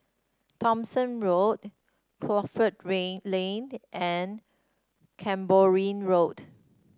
Thomson Road Crawford Lane Lane and Cranborne Road